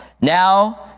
now